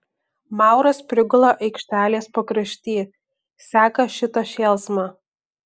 mauras prigula aikštelės pakrašty seka šitą šėlsmą